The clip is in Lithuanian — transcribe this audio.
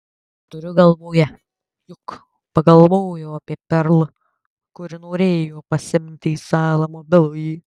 turiu galvoje juk pagalvojau apie perl kuri norėjo pasiimti į salą mobilųjį